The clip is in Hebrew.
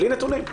בלי נתונים.